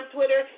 Twitter